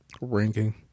ranking